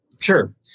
Sure